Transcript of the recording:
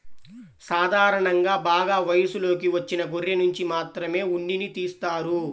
సాధారణంగా బాగా వయసులోకి వచ్చిన గొర్రెనుంచి మాత్రమే ఉన్నిని తీస్తారు